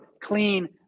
clean